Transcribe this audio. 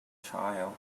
child